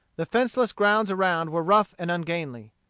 the fenceless grounds around were rough and ungainly.